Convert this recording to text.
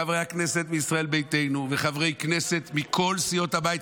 חברי הכנסת מישראל ביתנו וחברי כנסת מכל סיעות הבית,